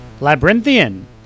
Labyrinthian